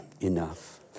enough